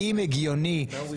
אבל איך הוא יודע?